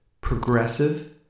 progressive